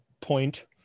Point